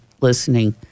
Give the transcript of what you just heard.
Listening